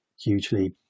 hugely